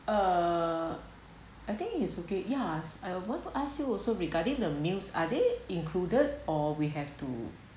err I think is okay yeah I want to ask you also regarding the meals are they included or we have to